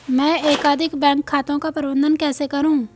मैं एकाधिक बैंक खातों का प्रबंधन कैसे करूँ?